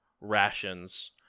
rations